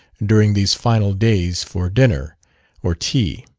during these final days, for dinner or tea?